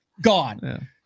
gone